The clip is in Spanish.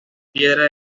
piedra